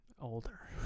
older